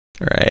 Right